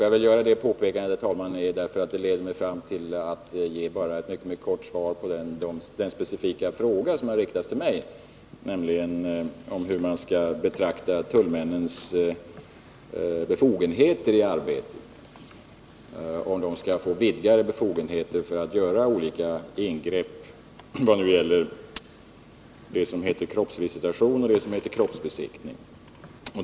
Jag gör det påpekandet därför att det leder mig fram till eti mycket kort svar på den fråga som har riktats till mig, nämligen hur man skall betrakta tullmännens befogenheter i arbetet. Man har frågat om de skall få vidgade befogenheter att göra olika ingrepp — kroppsvisitation och kroppsbesiktning.